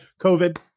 COVID